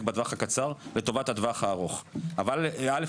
בטווח הקצר לטובת הטווח הארוך אז ראשית,